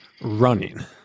running